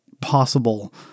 possible